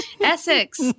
Essex